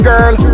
Girl